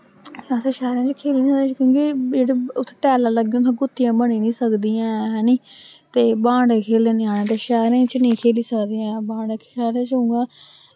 असें शैह्रें च खेलना होऐ ते उत्थें क्योंकि जेह्ड़े उत्थें टैलां लग्गी दियां होंदियां उत्थै गुत्तियां बनी नी सकदियां ऐं हैनी ते बांटे खेलदे ञ्यानें ते शैह्रें च नेईं खेली सकदे ऐं बांटे शैह्रें च उऐ